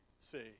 see